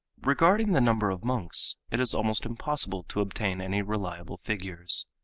regarding the number of monks it is almost impossible to obtain any reliable figures.